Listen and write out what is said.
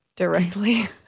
directly